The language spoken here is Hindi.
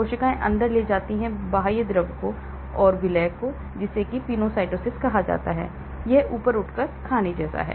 कोशिकाएं अंदर ले जाती हैं बाह्य द्रव और विलेय जिसे पेनोसाइटोसिस कहा जाता है यह ऊपर उठकर खाने जैसा है